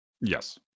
yes